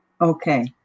Okay